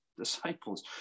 disciples